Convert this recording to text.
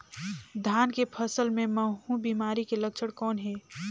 धान के फसल मे महू बिमारी के लक्षण कौन हे?